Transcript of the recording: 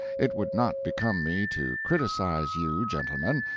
it would not become me to criticize you, gentlemen,